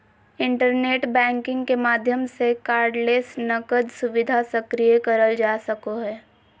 internet banking के माध्यम से कार्डलेस नकद सुविधा सक्रिय करल जा सको हय